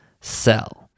sell